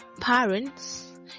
Parents